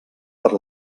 per